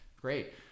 Great